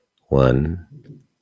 One